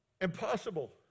impossible